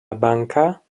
banka